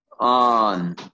on